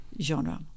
genre